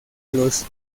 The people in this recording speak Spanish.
los